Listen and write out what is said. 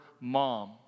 mom